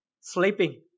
Sleeping